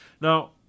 Now